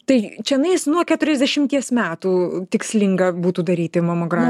tai čianais nuo keturiasdešimties metų tikslinga būtų daryti mamogramą